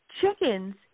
Chickens